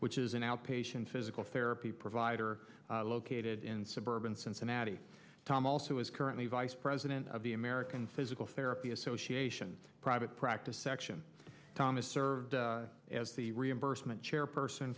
which is an outpatient physical therapy provider located in suburban cincinnati tom also is currently vice president of the american physical therapy association private practice section thomas served as the reimbursement chairperson